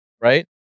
right